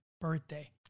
birthday